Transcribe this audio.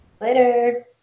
Later